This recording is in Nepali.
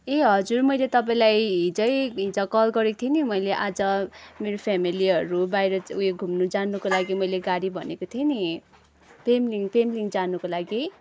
ए हजुर मैले तपाईँलाई हिजै हिजो कल गरेको थिएँ नि मैले आज मेरो फेमिलीहरू बाहिर उयो घुम्नु जानुको लागी मैले गाडी भनेको थिएँ नि पेम्लिङ पेम्लिङ जानुको लागि